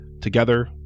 Together